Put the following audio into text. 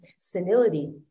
senility